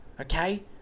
okay